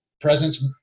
presence